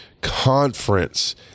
conference